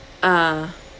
ah